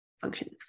functions